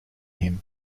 him